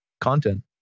content